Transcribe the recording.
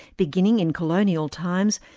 beginning in colonial times,